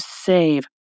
save